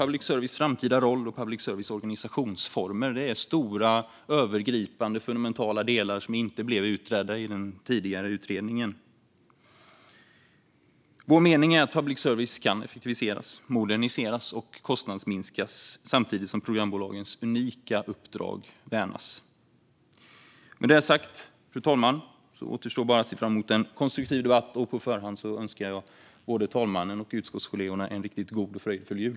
Public services framtida roll och public services organisa-tionsform är stora, övergripande och fundamentala delar som inte blev utredda i den tidigare utredningen. Vår mening är att public service kan effektiviseras, moderniseras och kostnadsminskas, samtidigt som programbolagens unika uppdrag värnas. Med detta sagt, fru talman, återstår bara att se fram emot en konstruktiv debatt och att på förhand önska både talmannen och utskottskollegorna en riktigt god och fröjdefull jul.